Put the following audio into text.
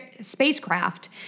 Spacecraft